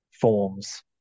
forms